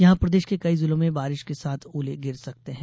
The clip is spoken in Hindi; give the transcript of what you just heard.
यहां प्रदेश के कई जिलों में बारिश के साथ ओले गिर सकते हैं